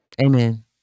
Amen